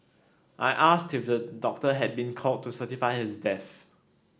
I asked if a doctor had been called to certify his death